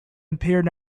appeared